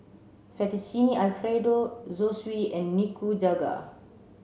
Fettuccine Alfredo Zosui and Nikujaga